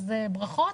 אז ברכות,